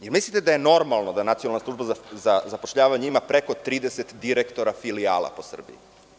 Da li mislite da je normalno da Nacionalna služba za zapošljavanje ima preko 30 direktora filijala po Srbiji?